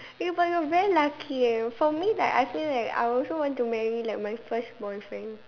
eh but you are very lucky eh for me like I feel like I also want to marry like my first boyfriend